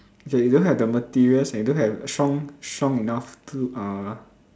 okay you don't have the materials leh and don't have a strong strong enough tool uh